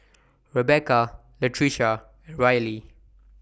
Rebeca Latricia Rylee